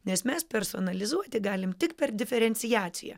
nes mes personalizuoti galime tik per diferenciaciją